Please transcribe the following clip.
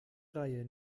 reihe